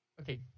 okay